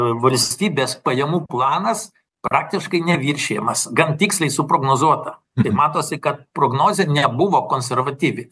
valstybės pajamų planas praktiškai neviršijamas gan tiksliai suprognozuota tai matosi kad prognozė nebuvo konservatyvi